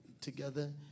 together